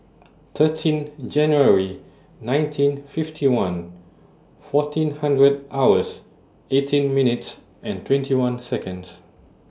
thirteen January nineteen fifty one fourteen hundred hours eighteen minutes and twenty one Seconds